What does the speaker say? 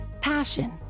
passion